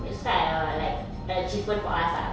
it's quite err like an achievement for us ah